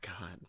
God